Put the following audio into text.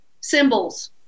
symbols